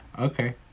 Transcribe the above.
okay